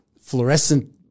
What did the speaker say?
fluorescent